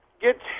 get